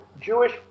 Jewish